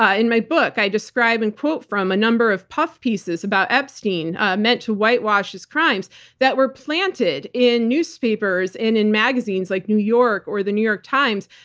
ah in my book, i describe and quote from a number of puff pieces about epstein ah meant to whitewash his crimes that were planted in newspapers and in magazines like new york or the new york times,